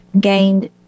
gained